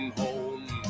home